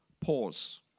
Pause